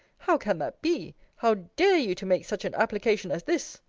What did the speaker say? how can that be! how dare you to make such an application as this!